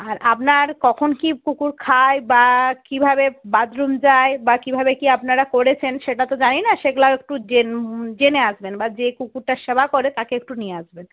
আর আপনার কখন কী কুকুর খায় বা কীভাবে বাথরুম যায় বা কীভাবে কী আপনারা করেছেন সেটা তো জানি না সেগুলোও একটু জেনে আসবেন বা যে কুকুরটার সেবা করে তাকে একটু নিয়ে আসবেন